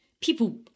People